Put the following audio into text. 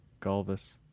Galvis